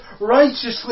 righteously